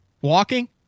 walking